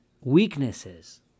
weaknesses